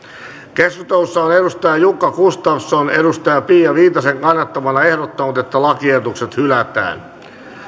keskustelussa on jukka gustafsson pia viitasen kannattamana ehdottanut että lakiehdotukset hylätään